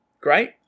great